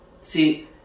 See